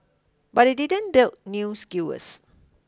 but they didn't build new skewers